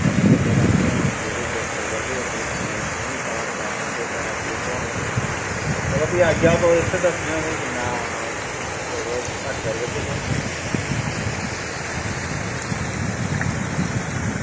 घट्ट किन्ने करने हून भी अंदर क्लीन साफ कराने पौंदे टायर धोने न चलो आई जाओ तुस दस्सने आं तुसेंगी भी किन्ना होर घट्ट करी देगे तुसेंगी